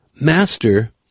Master